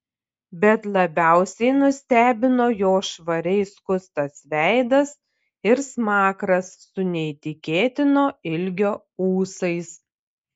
bet labiausiai nustebino jo švariai skustas veidas ir smakras su neįtikėtino ilgio ūsais